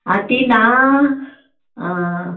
आं तीं ना आं